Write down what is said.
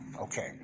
okay